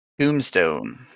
Tombstone